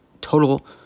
total